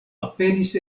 aperis